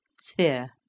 Sphere